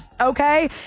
okay